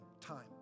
time